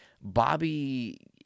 Bobby